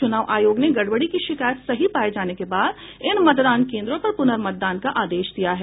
च्रनाव आयोग ने गड़बड़ी की शिकायत सही पाये जाने के बाद इन मतदान केंद्रों पर पुनर्मतदान का आदेश दिया है